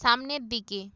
সামনের দিকে